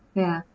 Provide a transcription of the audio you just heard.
ya